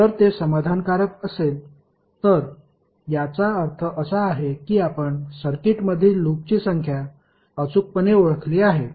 जर ते समाधानकारक असेल तर याचा अर्थ असा आहे की आपण सर्किटमधील लूपची संख्या अचूकपणे ओळखली आहे